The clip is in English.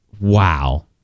Wow